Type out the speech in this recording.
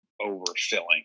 overfilling